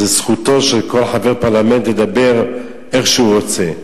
זה זכותו של כל חבר פרלמנט לדבר איך שהוא רוצה.